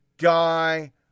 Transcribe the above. guy